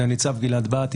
אני סגן ניצב גלעד בהט,